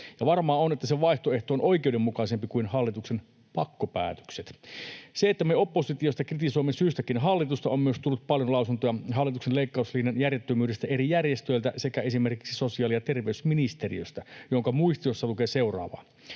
Varmaa on, että se vaihtoehto on oikeudenmukaisempi kuin hallituksen pakkopäätökset. Sen lisäksi, että me oppositiosta kritisoimme syystäkin hallitusta, on myös tullut paljon lausuntoja hallituksen leikkauslinjan järjettömyydestä eri järjestöiltä sekä esimerkiksi sosiaali- ja terveysministeriöstä, jonka muistiossa lukee seuraavaa: